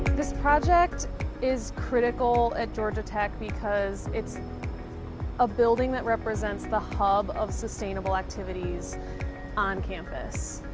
this project is critical at georgia tech because it's a building that represents the hub of sustainability activities on campus,